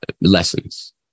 lessons